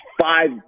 five